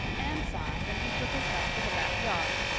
anne sighed and betook herself to the back yard,